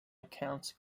accounts